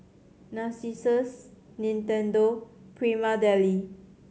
Narcissus Nintendo Prima Deli